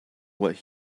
what